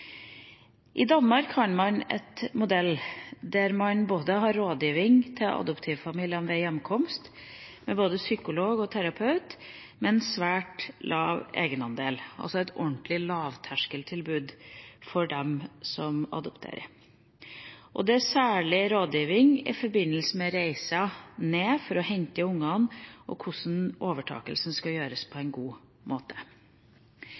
I Danmark har man en modell der man både har rådgiving til adoptivfamiliene ved hjemkomst, med både psykolog og terapeut, med en svært lav egenandel – altså et ordentlig lavterskeltilbud for dem som adopterer. Det er særlig rådgiving i forbindelse med reisen ned for å hente barna og med hvordan overtakelsen skal gjøres på en god måte.